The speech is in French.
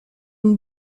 une